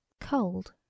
cold